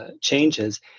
changes